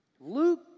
Luke